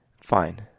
Fine